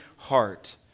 Heart